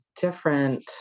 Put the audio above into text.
different